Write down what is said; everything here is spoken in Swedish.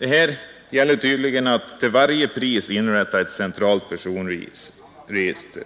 Här gäller det tydligen att till varje pris inrätta ett centralt personregister.